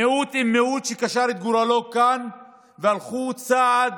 מיעוט עם מיעוט שקשר את גורלו כאן והלכו צעד